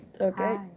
Okay